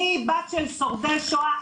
אני בת של שורדי שואה,